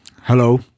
hello